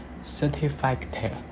certificate